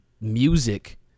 music